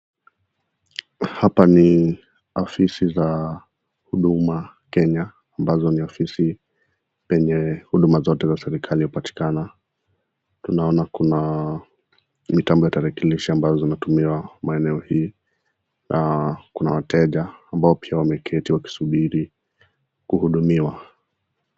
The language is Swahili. Hapa ni ofisi za Huduma Kenya ambazo ni ofisi penye huduma zote za serikali hupatikana. Tunaona kuna mitambo ya tarakilishi ambazo zinatumiwa maeneo hii, kuna wateja ambao pia wameketi wakisubiri kuhudumiwa.